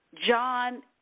John